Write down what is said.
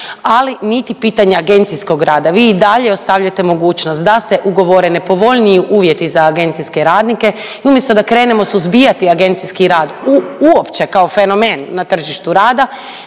ali niti pitanje agencijskog rada. Vi i dalje ostavljate mogućnost da se ugovore nepovoljniji uvjeti za agencijske radnike i umjesto da krenemo suzbijati agencijski rad uopće kao fenomen na tržištu rada